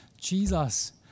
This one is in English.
Jesus